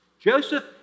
Joseph